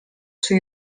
czy